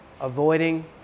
avoiding